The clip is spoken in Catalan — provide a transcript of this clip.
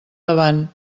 davant